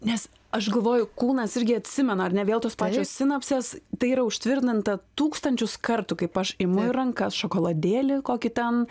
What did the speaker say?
nes aš galvoju kūnas irgi atsimena ar ne vėl tos pačios sinapsės tai yra užtvirtinta tūkstančius kartų kaip aš imu į rankas šokoladėlį kokį ten